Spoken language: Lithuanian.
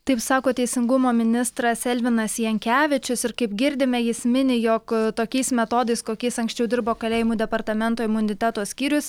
taip sako teisingumo ministras elvinas jankevičius ir kaip girdime jis mini jog tokiais metodais kokiais anksčiau dirbo kalėjimų departamento imuniteto skyrius